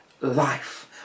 life